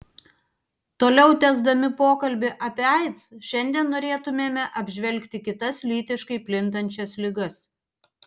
toliau tęsdami pokalbį apie aids šiandien norėtumėme apžvelgti kitas lytiškai plintančias ligas